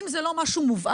אם זה לא משהו מובהק,